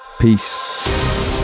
peace